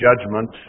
judgment